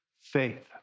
faith